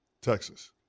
Texas